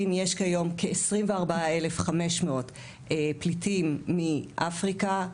יש כיום כ-24,500 פליטים מאפריקה,